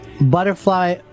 Butterfly